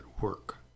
work